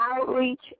outreach